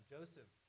Joseph